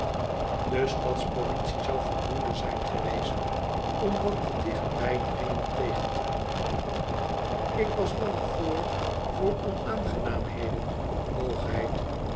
de stadspolitie zoû voldoende zijn geweest om wat te dicht bij dringen tegen te houden ik was bang voor voor onaangenaamheden hoogheid